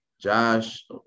Josh